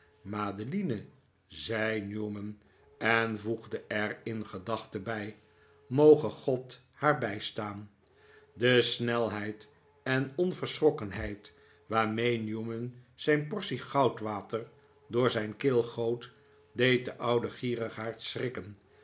madeline zei newman en voegde er in gedachte bij god moge haar bijstaan de snelheid en onverschrokkenheid waarmee newman zijn portie goudwater door zijn keel goot deed den ouden gierigaard schrikken